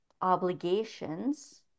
obligations